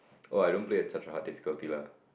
oh I don't play at such a hard difficulty lah